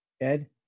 Ed